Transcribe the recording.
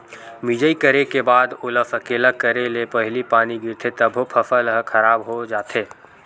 मिजई करे के बाद ओला सकेला करे ले पहिली पानी गिरगे तभो फसल ह खराब हो जाथे